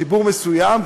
ציבור מסוים,